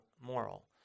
moral